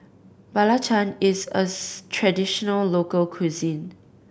belacan is a traditional local cuisine